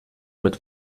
mit